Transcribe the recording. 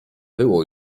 było